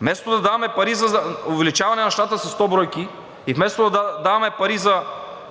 Вместо да даваме пари за увеличаване на щата със 100 бройки и вместо да даваме пари за